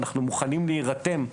אנחנו מוכנים להירתם,